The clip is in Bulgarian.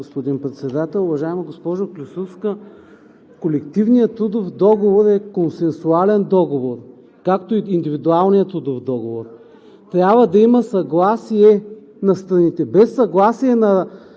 господин Председател. Уважаема госпожо Клисурска, колективният трудов договор е консенсуален договор, както и индивидуалният трудов договор. Трябва да има съгласие на страните. Без съгласие на